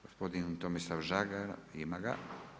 Gospodin Tomislav Žagar, ima ga.